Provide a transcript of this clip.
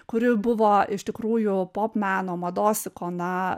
kuri buvo iš tikrųjų pop meno mados ikona